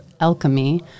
alchemy